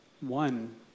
One